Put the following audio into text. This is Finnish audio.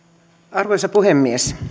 arvoisa puhemies